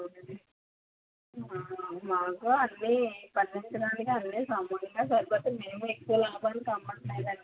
అవుతుంది మాకు అన్నీ పండించడానికి అన్నీ సమానంగా సరిపోతాయి మేము ఎక్కువ లాభాలకి అమ్మట్లేదండి